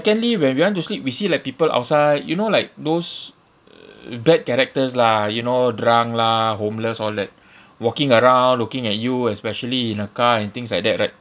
secondly when we want to sleep we see like people outside you know like those uh bad characters lah you know drunk lah homeless all that walking around looking at you especially in a car and things like that right